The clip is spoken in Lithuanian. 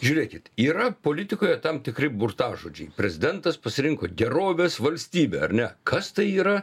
žiūrėkit yra politikoje tam tikri burtažodžiai prezidentas pasirinko gerovės valstybė ar ne kas tai yra